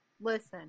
listen